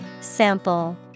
Sample